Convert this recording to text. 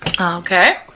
okay